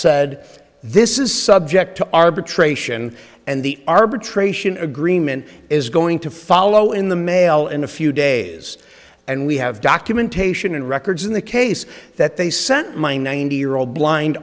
said this is subject to arbitration and the arbitration agreement is going to follow in the mail in a few days and we have documentation and records in the case that they sent my ninety year old blind